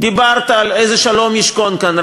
דיברת על איזה שלום ישכון כאן,